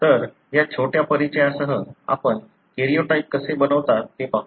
तर या छोट्या परिचयासह आपण कॅरिओटाइप कसे बनवता ते पाहू या